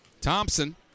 Thompson